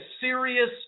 serious